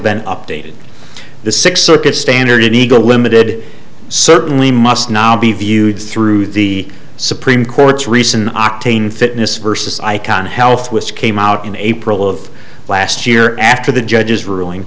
been updated the sixth circuit standard eagle limited certainly must now be viewed through the supreme court's recent octane fitness versus icon health which came out in april of last year after the judge's ruling